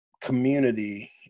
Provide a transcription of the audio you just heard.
community